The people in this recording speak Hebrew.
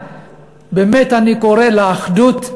אני קורא לאחדות,